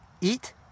Eat